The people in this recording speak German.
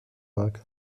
mag